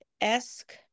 esque